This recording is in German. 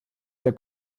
der